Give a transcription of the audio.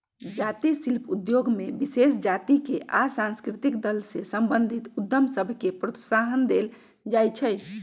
जाती शिल्प उद्योग में विशेष जातिके आ सांस्कृतिक दल से संबंधित उद्यम सभके प्रोत्साहन देल जाइ छइ